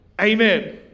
amen